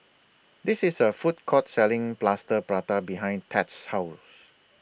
This IS A Food Court Selling Plaster Prata behind Thad's House